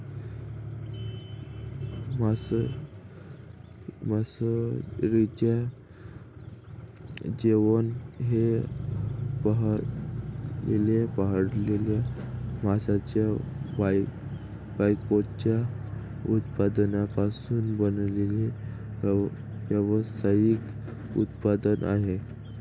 मासळीचे जेवण हे पकडलेल्या माशांच्या बायकॅचच्या उत्पादनांपासून बनवलेले व्यावसायिक उत्पादन आहे